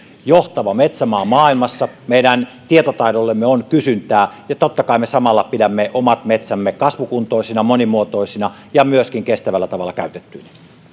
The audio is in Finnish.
johtava metsämaa maailmassa meidän tietotaidollemme on kysyntää ja totta kai me samalla pidämme omat metsämme kasvukuntoisina monimuotoisina ja myöskin kestävällä tavalla käytettyinä